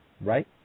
right